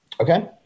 Okay